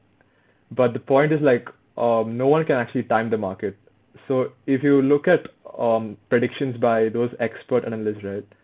but the point is like um no one can actually time the market so if you look at um predictions by those expert analyst right